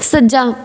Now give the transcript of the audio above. ਸੱਜਾ